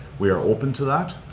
we are open to that.